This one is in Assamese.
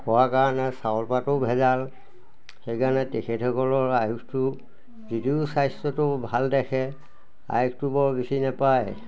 হোৱাৰ কাৰণে চাউল পাতো ভেজাল সেইকাৰণে তেখেতসকলৰ আয়ুসটো যদিও স্বাস্থ্যটো ভাল দেখে আয়ুসটো বৰ বেছি নাপায়